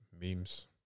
memes